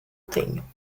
tenho